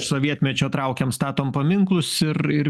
sovietmečio traukiam statom paminklus ir ir